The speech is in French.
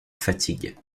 fatigue